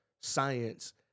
science